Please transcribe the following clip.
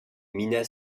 minas